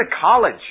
college